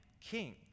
king